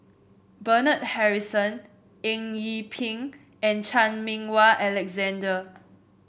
Bernard Harrison Eng Yee Peng and Chan Meng Wah Alexander